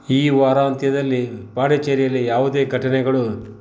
ಈ ವಾರಾಂತ್ಯದಲ್ಲಿ ಪಾಂಡಿಚೇರಿಯಲ್ಲಿ ಯಾವುದೇ ಘಟನೆಗಳು